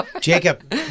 Jacob